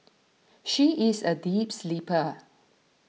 she is a deep sleeper